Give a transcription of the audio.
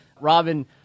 Robin